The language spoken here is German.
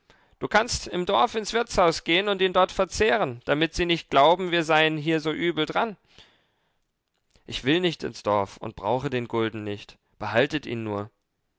du kannst im dorf ins wirtshaus gehen und ihn dort verzehren damit sie nicht glauben wir seien hier so übel dran ich will nicht ins dorf und brauche den gulden nicht behaltet ihn nur